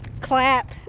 Clap